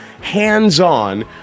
hands-on